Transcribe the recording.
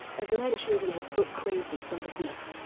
as mentioned in his book crazy from the heat.